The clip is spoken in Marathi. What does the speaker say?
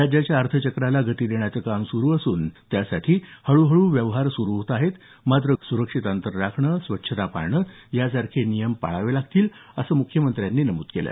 राज्याच्या अर्थचक्राला गती देण्याचं काम सुरू असून त्यासाठी हळूहळू व्यवहार सुरु होत आहेत मात्र गर्दी नं करणं सुरक्षित अंतर राखणं स्वच्छता पाळणं यासारखे नियम पाळावे लागतील असं मुख्यमंत्र्यांनी नमूद केलं